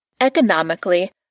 Economically